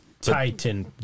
Titan